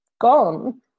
gone